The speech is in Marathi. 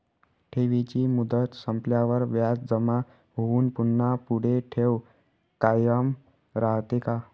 ठेवीची मुदत संपल्यावर व्याज जमा होऊन पुन्हा पुढे ठेव कायम राहते का?